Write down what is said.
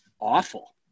awful